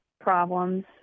problems